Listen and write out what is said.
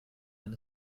wenn